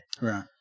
Right